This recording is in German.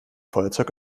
feuerzeug